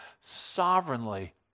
sovereignly